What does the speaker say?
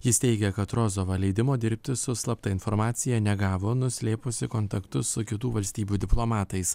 jis teigia kad rozova leidimo dirbti su slapta informacija negavo nuslėpusi kontaktus su kitų valstybių diplomatais